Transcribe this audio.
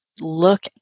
look